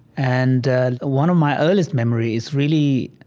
and one of my earliest memories, really,